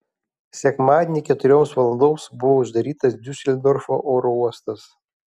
sekmadienį keturioms valandoms buvo uždarytas diuseldorfo oro uostas